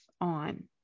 on